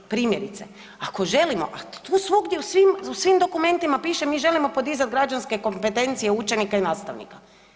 Primjerice ako želimo, a to svugdje u svim dokumentima piše mi želimo podizati građanske kompetencije učenika i nastavnika.